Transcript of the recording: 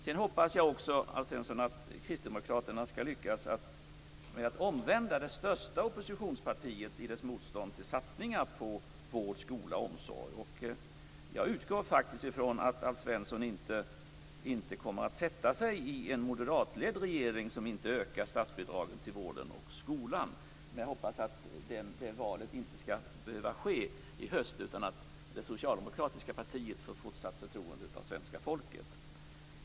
Jag hoppas också, Alf Svensson, att Kristdemokraterna skall lyckas med att omvända det största oppositionspartiet vad gäller motståndet mot att satsa på vård, skola och omsorg. Jag utgår faktiskt från att Alf Svensson inte kommer att sätta sig i en moderatledd regering som inte ökar statsbidragen till vården och skolan. Jag hoppas att det valet inte skall behöva ske i höst utan att det socialdemokratiska partiet får fortsatt förtroende av svenska folket.